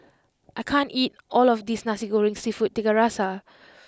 I can't eat all of this Nasi Goreng Seafood Tiga Rasa